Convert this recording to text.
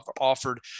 offered